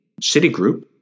Citigroup